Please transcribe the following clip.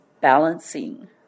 balancing